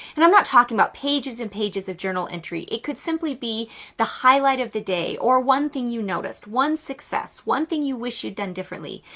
and i'm not talking about pages and pages of journal entry. it could simply be the highlight of the day or one thing you noticed, one success, one thing you wish you'd done differently.